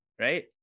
right